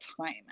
time